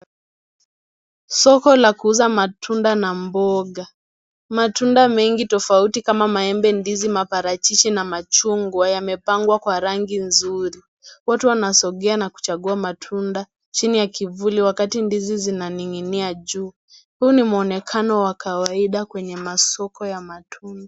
Soko la kuuza matunda na mboga, matunda mengi tofauti kama maembe, ndizi, maparachichi na machungwa yamepangwa kwa rangi nzuri. Wote wanasogea na kuchagua matunda chini ya kivuli wakati ndizi zinaninginia juu. Huu ni mwonekano wa kawaida kwenye masoko ya matunda.